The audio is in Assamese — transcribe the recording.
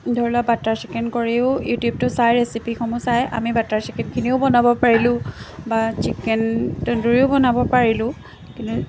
ধৰি লোৱা বাটাৰ চিকেন কৰিও ইউটিউবটো চাই ৰেচিপিসমূহ চাই আমি বাটাৰ চিকেনখিনিও বনাব পাৰিলোঁ বা চিকেন তণ্ডুৰিও বনাব পাৰিলোঁ কিন্তু